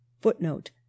Footnote